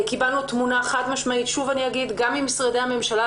קיבלנו תמונה חד משמעית ממשרדי הממשלה,